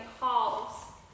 calls